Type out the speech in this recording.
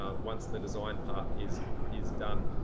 ah once the design part is is done,